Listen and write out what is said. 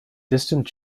distant